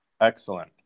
Excellent